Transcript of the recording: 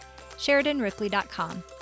SheridanRipley.com